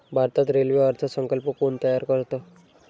भारतात रेल्वे अर्थ संकल्प कोण तयार करतं?